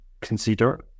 consider